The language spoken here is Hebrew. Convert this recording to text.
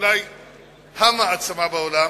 אולי המעצמה בעולם.